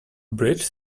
bridge